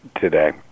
today